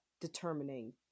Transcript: determining